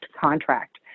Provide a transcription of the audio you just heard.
contract